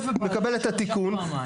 מקבל את התיקון.